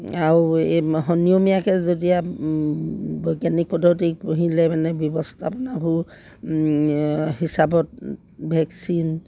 আৰু এই সনিয়মীয়াকৈ যদি বৈজ্ঞানিক পদ্ধতিক পুহিলে মানে ব্যৱস্থাপনাবোৰ হিচাপত ভেকচিন